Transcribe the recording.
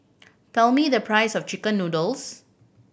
tell me the price of chicken noodles